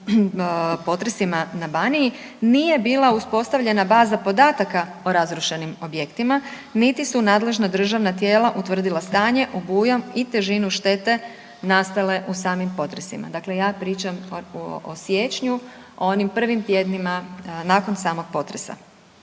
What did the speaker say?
potresima na Baniji nije bila uspostavljena baza podataka o razrušenim objektima, niti su nadležna državna tijela utvrdila stanje, obujam i težinu štete nastale u samim potresima. Dakle, ja pričam o siječnju, o onim prvim tjednima nakon samog potresa.